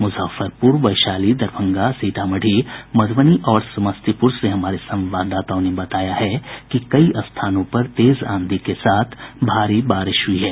मुजफ्फरपुर वैशाली दरभंगा सीतामढ़ी मधुबनी और समस्तीपुर से हमारे संवाददाताओं ने बताया है कि कई स्थानों पर तेज आंधी के साथ भारी बारिश हुई है